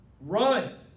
Run